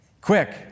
quick